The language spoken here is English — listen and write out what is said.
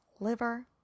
liver